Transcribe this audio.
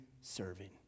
serving